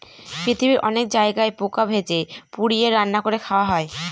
পৃথিবীর অনেক জায়গায় পোকা ভেজে, পুড়িয়ে, রান্না করে খাওয়া হয়